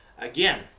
Again